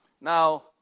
Now